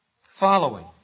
following